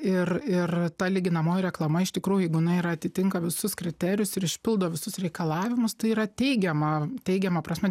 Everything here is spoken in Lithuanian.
ir ir ta lyginamoji reklama iš tikrųjų jeigu jinai yra atitinka visus kriterijus ir išpildo visus reikalavimus tai yra teigiama teigiama prasme